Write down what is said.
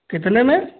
कितने में